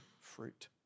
fruit